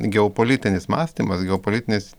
geopolitinis mąstymas geopolitinis